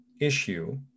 issue